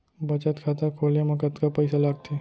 बचत खाता खोले मा कतका पइसा लागथे?